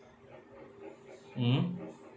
mm